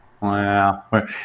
Wow